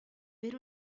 per